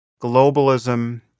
globalism